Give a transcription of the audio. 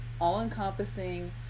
all-encompassing